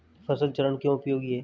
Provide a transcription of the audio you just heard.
फसल चरण क्यों उपयोगी है?